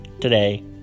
today